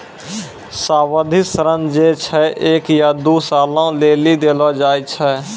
सावधि ऋण जे छै एक या दु सालो लेली देलो जाय छै